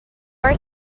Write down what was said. our